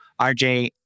RJ